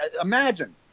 imagine